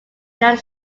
united